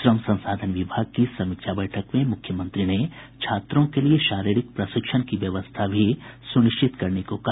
श्रम संसाधन विभाग की समीक्षा बैठक में मुख्यमंत्री ने छात्रों के लिये शारीरिक प्रशिक्षण की व्यवस्था भी सुनिश्चित करने को कहा